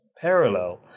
parallel